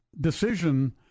decision